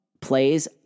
plays